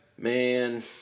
Man